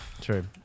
true